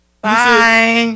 Bye